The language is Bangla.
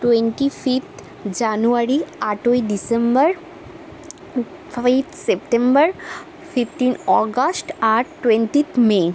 টোয়েন্টি ফিফথ জানুয়ারি আটই December five September fifteen August আর টোয়েন্টিথ মে